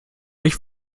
ich